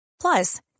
Plus